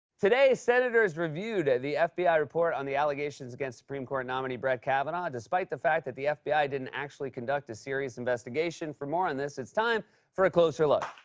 today, senators reviewed and the fbi report on the allegations against supreme court nominee brett kavanaugh, despite the fact that the fbi didn't actually conduct a serious investigation. for more on this, it's time for a closer look.